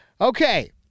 Okay